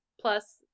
plus